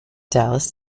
dallas